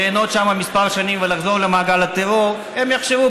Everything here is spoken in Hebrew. ליהנות שם כמה שנים ולחזור למעגל הטרור יחשבו